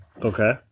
Okay